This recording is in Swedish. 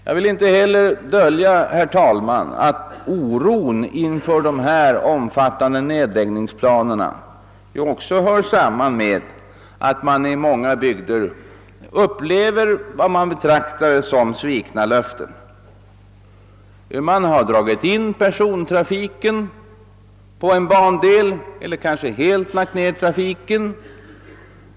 Man kan inte heller bortse från, herr talman, att oron inför dessa omfattande nedläggningsplaner också hör samman med att befolkningen i många bygder betraktar 'vad man nu upplever som svikna löften. Persontrafiken på en bandel har dragits in eller kanske helt lagts ned.